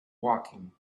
woking